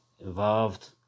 involved